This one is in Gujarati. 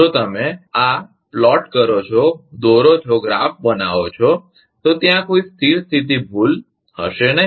જો તમે આ દોરોગ્રાફ બનાવો છો તો ત્યાં કોઈ સ્થિર સ્થિતી ભૂલ હશે નહીં